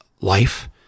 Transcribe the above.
life